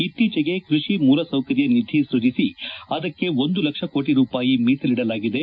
ಇತ್ತೀಚೆಗೆ ಕೃಷಿ ಮೂಲಸೌಕರ್ಯ ನಿಧಿ ಸ್ಕ್ಷಿಸಿ ಅದಕ್ಕೆ ಒಂದು ಲಕ್ಷ ಕೋಟ ರೂಪಾಯಿ ಮೀಸಲಿಡಲಾಗಿದೆ